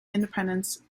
independence